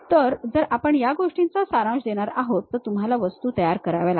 तर जर आपण या गोष्टीचा सारांश देणार आहोत तर तुम्हाला वस्तू तयार कराव्या लागतील